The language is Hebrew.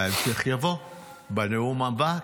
וההמשך יבוא בנאום הבא,